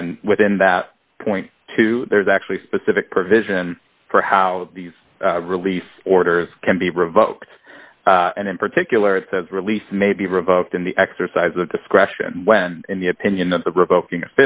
and within that point two there's actually specific provision for how these release orders can be revoked and in particular it says release may be revoked in the exercise of discretion when in the opinion of the revoking